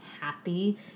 happy